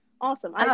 Awesome